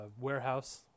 warehouse